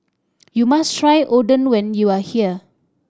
you must try Oden when you are here